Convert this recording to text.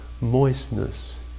moistness